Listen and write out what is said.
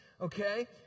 okay